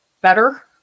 better